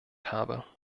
habe